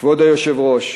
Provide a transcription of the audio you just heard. כבוד היושב-ראש,